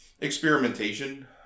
experimentation